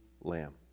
lamb